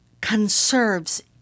conserves